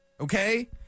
okay